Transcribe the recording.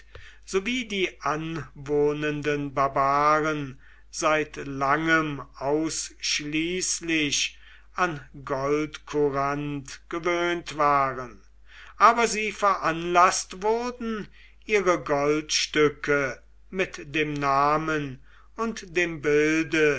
sowie die anwohnenden barbaren seit langem ausschließlich an goldcourant gewöhnt waren aber sie veranlaßt wurden ihre goldstücke mit dem namen und dem bilde